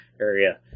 area